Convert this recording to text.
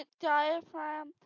diaphragm